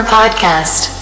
podcast